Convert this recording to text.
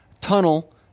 Tunnel